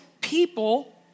people